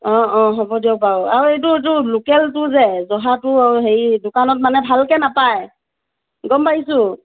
অ অ হ'ব দিয়ক বাৰু আৰু এইটো এইটো লোকেলটো যে জহাটো আৰু হেৰি দোকানত মানে ভালকৈ নাপায় গম পাইছোঁ